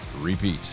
repeat